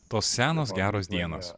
tos senos geros dienos